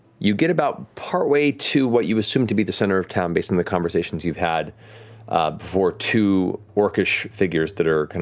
you get about partway to what you assume to be the center of town based on the conversations you've had before two orcish figures that are